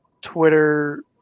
Twitter